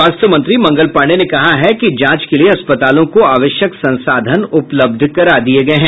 स्वास्थ्य मंत्री मंगल पाण्डेय ने कहा कि जांच के लिये अस्पतालों को आवश्यक संसाधन उपलब्ध करा दिये गये हैं